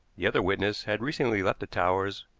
the other witness had recently left the towers,